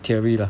theory lah